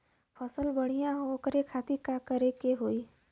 फसल बढ़ियां हो ओकरे खातिर का करे के होई?